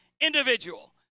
individual